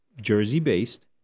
Jersey-based